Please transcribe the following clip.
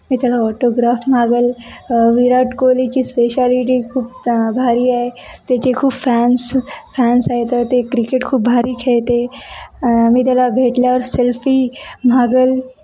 मी त्याला ऑटोग्राफ मागेल विराट कोहलीची स्पेशालिटी खूप चा भारी आहे त्याचे खूप फॅन्स फॅन्स आहेत तर ते क्रिकेट खूप भारी खेळते मी त्याला भेटल्यावर सेल्फी मागेल